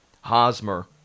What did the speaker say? Hosmer